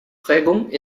prägung